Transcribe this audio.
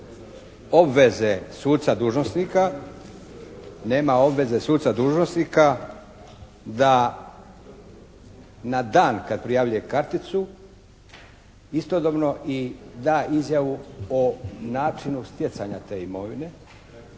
obveze suca dužnosnika da na dan kad prijavljuje karticu istodobno da i izjavu o načinu stjecanja te imovine,